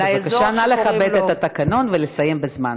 בבקשה לכבד את התקנון ולסיים בזמן,